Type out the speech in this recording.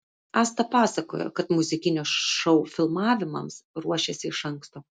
asta pasakojo kad muzikinio šou filmavimams ruošėsi iš anksto